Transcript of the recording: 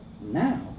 Now